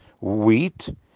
wheat